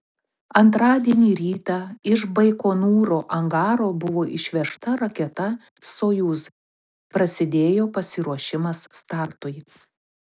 antradienį rytą iš baikonūro angaro buvo išvežta raketa sojuz prasidėjo pasiruošimas startui